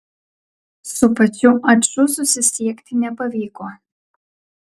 su pačiu aču susisiekti nepavyko